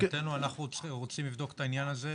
מבחינתנו אנחנו רוצים לבדוק את העניין הזה,